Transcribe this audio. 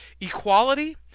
equality